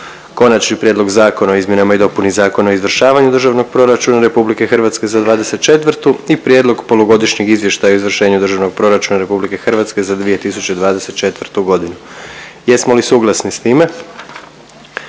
Konačni prijedlog Zakona o izmjenama i dopuni Zakona o izvršavanju Državnog proračuna RH za 2024. i Prijedlog Polugodišnjeg izvještaja o izvršenju Državnog proračuna RH za 2024. godinu. Jesmo li suglasni s time?